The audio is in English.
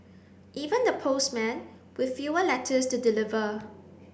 even the postmen with fewer letters to deliver